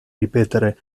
ripetere